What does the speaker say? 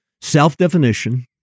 self-definition